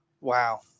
Wow